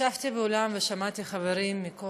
ישבתי באולם ושמעתי חברים מכל